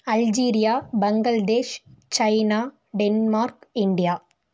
Algeria Bangladesh China Denmark India